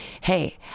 hey